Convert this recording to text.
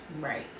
Right